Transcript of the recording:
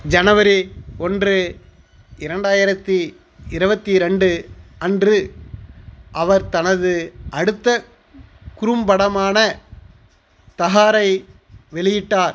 ஜனவரி ஓன்று இரண்டாயிரத்தி இருபத்தி ரெண்டு அன்று அவர் தனது அடுத்த குறும்படமான தஹார் ஐ வெளியிட்டார்